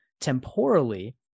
temporally